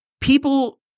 people